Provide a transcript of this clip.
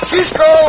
Cisco